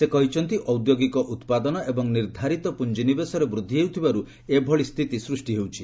ସେ କହିଛନ୍ତି ଔଦ୍ୟୋଗିକ ଉତ୍ପାଦନ ଏବଂ ନିର୍ଦ୍ଧାରିତ ପୁଞ୍ଜିନିବେଶରେ ବୃଦ୍ଧି ହେଉଥିବାରୁ ଏଭଳି ସ୍ଥିତି ସୃଷ୍ଟି ହେଉଛି